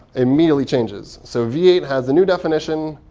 immediately changes. so v eight has a new definition.